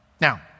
Now